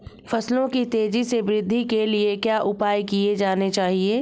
फसलों की तेज़ी से वृद्धि के लिए क्या उपाय किए जाने चाहिए?